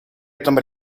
этом